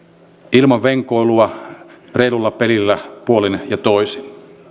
ilman venkoilua reilulla pelillä puolin ja toisin